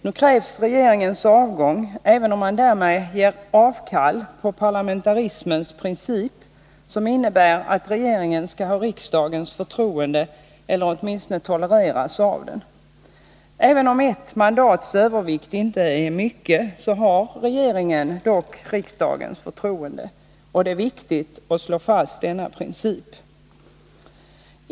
Nu kräver man regeringens avgång, även om man därmed ger avkall på parlamentarismens princip, att regeringen skall ha riksdagens förtroende eller åtminstone tolereras av den. Även om ett mandats övervikt inte är mycket, har regeringen dock riksdagens förtroende — det är viktigt att slå fast detta förhållande.